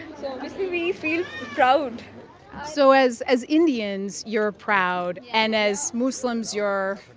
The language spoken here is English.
so we feel proud so as as indians, you're proud. and as muslims you're.